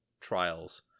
trials